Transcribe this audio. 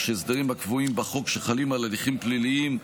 שהסדרים שקבועים בחוק שחלים על הליכים פליליים,